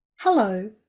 Hello